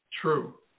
True